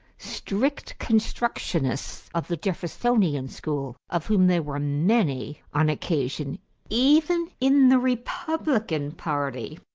strict constructionists of the jeffersonian school, of whom there were many on occasion even in the republican party,